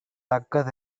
தக்க